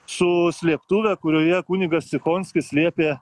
su slėptuve kurioje kunigas sikonskis slėpė